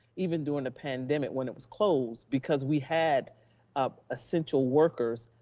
even during the pandemic, when it was closed, because we had ah essential workers,